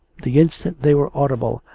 the instant they were audible,